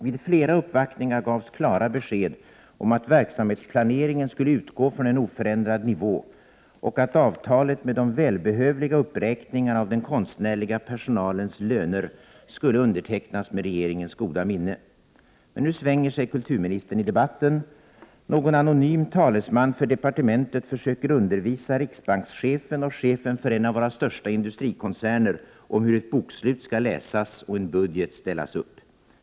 Vid flera uppvaktningar gavs klara besked om att verksamhetsplaneringen skulle utgå från en oförändrad nivå och att avtalet med de välbehövliga uppräkningarna av den konstnärliga personalens löner skulle undertecknas med regeringens goda minne. Men nu svänger sig kulturministern i debatten. Någon anonym talesman för departementet försöker undervisa riksbankschefen och chefen för en av våra största industrikoncerner om hur ett bokslut skall läsas och en budget ställas upp.